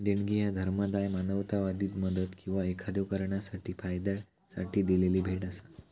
देणगी ह्या धर्मादाय, मानवतावादी मदत किंवा एखाद्यो कारणासाठी फायद्यासाठी दिलेली भेट असा